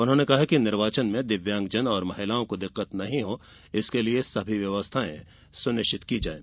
उन्होंने कहा कि निर्वाचन में दिव्यांगजन और महिलाओं को दिक्कत नहीं हो इसके लिये सभी व्यवस्थाएँ सुनिश्चित की जायें